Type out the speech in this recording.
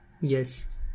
Yes